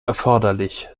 erforderlich